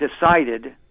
decided